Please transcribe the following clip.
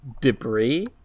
debris